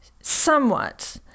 somewhat